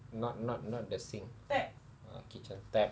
not not not the sink ah kitchen tap